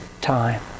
time